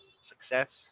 success